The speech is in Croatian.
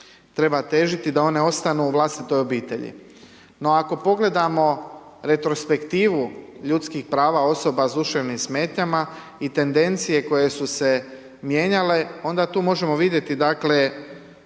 treba težiti da one ostanu u vlastitoj obitelji. No ako pogledamo retrospektivu ljudskih prava osoba s duševnim smetnjama i tendencije koje su se mijenjale onda tu možemo vidjeti dakle,